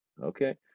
Okay